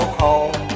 home